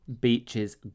beaches